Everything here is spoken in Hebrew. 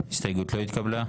ההסתייגות לא התקבלה.